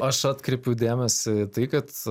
aš atkreipiu dėmesį tai kad